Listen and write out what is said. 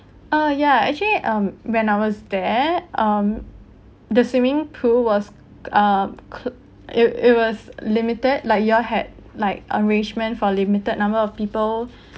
uh yeah actually um when I was there um the swimming pool was uh clo~ it it was limited like you all had like arrangement for limited number of people